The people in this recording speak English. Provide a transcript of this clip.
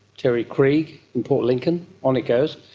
terry krieg in port lincoln, on it goes.